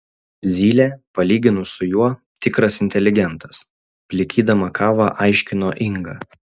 zylė palyginus su juo tikras inteligentas plikydama kavą aiškino inga